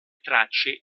tracce